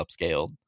upscaled